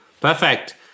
Perfect